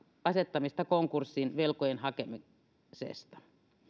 asettamista konkurssiin velkojan hakemuksesta